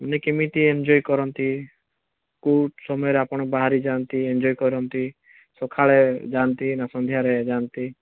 ମାନେ କେମିତି ଏଞ୍ଜଜୟ କରନ୍ତି କେଉଁ ସମୟରେ ଆପଣ ବାହରିକି ଯାନ୍ତି ଏଞ୍ଜଜୟ କରନ୍ତି ସକାଳେ ଯାଆନ୍ତି ନା ସନ୍ଧ୍ୟାରେ ଯାଆନ୍ତି